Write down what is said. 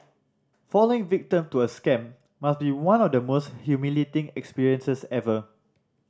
falling victim to a scam must be one of the most humiliating experiences ever